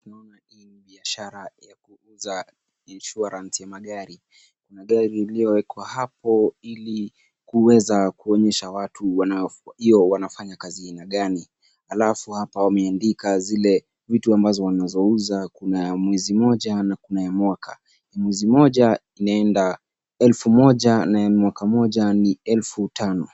Tunaona hii ni biashara ya kuuza insurance ya magari. Kuna gari iliyowekwa hapo ili kuweza kuonyesha watu wanafanya kazi ya aina gani. Halafu hapa wanaandika zile vitu ambazo wanauza. Kuna ya mwezi moja na kuna ya mwaka. Ya mwezi mmoja inaenda elfu moja na ya mwaka moja ni elfu tano.